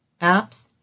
apps